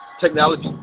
Technology